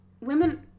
women